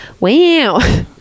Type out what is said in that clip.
Wow